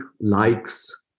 likes